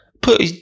put